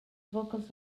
vocals